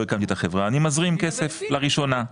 הקמתי את החברה אני מזרים כסף לראשונה,